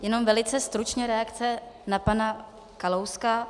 Jenom velice stručně reakce na pana Kalouska.